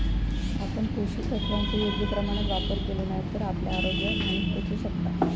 आपण पोषक तत्वांचो योग्य प्रमाणात वापर केलो नाय तर आपल्या आरोग्याक हानी पोहचू शकता